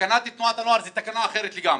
תקנת תנועת הנוער זו תקנה אחרת לגמרי.